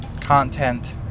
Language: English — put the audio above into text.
content